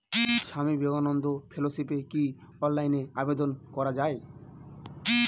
স্বামী বিবেকানন্দ ফেলোশিপে কি অনলাইনে আবেদন করা য়ায়?